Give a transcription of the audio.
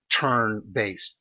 turn-based